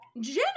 Jenna